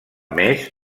més